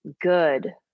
good